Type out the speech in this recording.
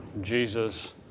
Jesus